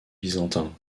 byzantins